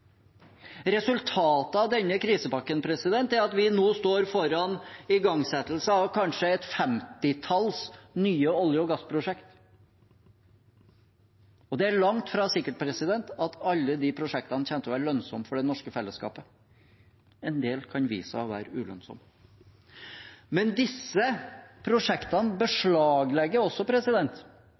Resultatet av denne krisepakken er at vi nå står foran igangsettelse av kanskje et 50-talls nye olje- og gassprosjekter, og det er langt fra sikkert at alle de prosjektene kommer til å være lønnsomme for det norske fellesskapet. En del kan vise seg å være ulønnsomme. Disse prosjektene beslaglegger også